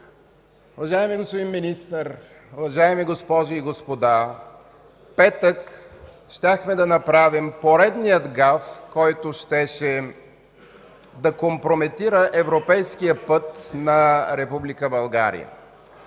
Уважаеми господин Министър, уважаеми госпожи и господа! В петък щяхме да направим поредния гаф, който щеше да компрометира европейския път на Република България.